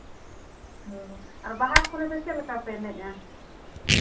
ᱚ ᱟᱨ ᱵᱟᱦᱟ ᱠᱚᱨᱮ ᱫᱚ ᱪᱮᱫ ᱞᱮᱠᱟᱯᱮ ᱮᱱᱮᱡᱼᱟ